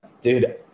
dude